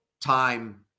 time